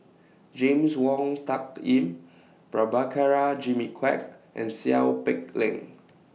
James Wong Tuck Yim Prabhakara Jimmy Quek and Seow Peck Leng